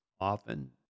often